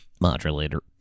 Modulator